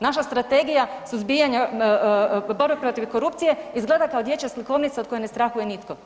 Naša strategija suzbijanja borbe protiv korupcije izgleda kao dječja slikovnica od koje ne strahuje nitko.